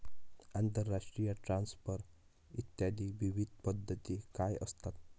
आंतरराष्ट्रीय ट्रान्सफर इत्यादी विविध पद्धती काय असतात?